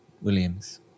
Williams